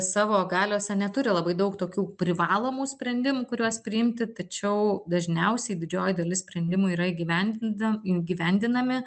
savo galiose neturi labai daug tokių privalomų sprendimų kuriuos priimti tačiau dažniausiai didžioji dalis sprendimų yra įgyvendinda įgyvendinami